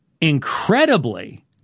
incredibly